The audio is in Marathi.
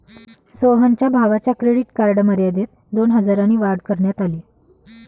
सोहनच्या भावाच्या क्रेडिट कार्ड मर्यादेत दोन हजारांनी वाढ करण्यात आली